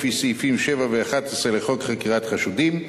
לפי סעיפים 7 ו-11 לחוק חקירת חשודים,